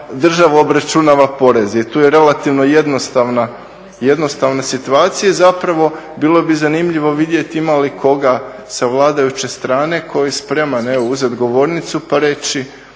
država obračunava porez jer tu je relativno jednostavna situacija i zapravo bilo bi zanimljivo vidjeti ima li koga sa vladajuće strane tko je spreman uzeti govornicu pa reći,